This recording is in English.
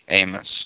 Amos